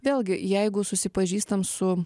vėlgi jeigu susipažįstam su